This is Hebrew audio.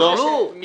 יכלו.